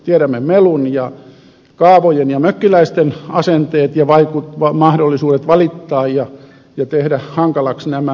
tiedämme melun ja kaavat ja mökkiläisten asenteet ja mahdollisuudet valittaa ja tehdä hankalaksi nämä asiat